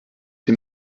dem